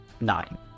nine